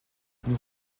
nous